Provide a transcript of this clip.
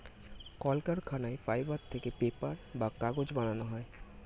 কলকারখানায় ফাইবার থেকে পেপার বা কাগজ বানানো হয়